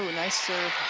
ah nice serve.